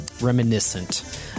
reminiscent